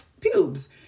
pubes